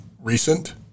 recent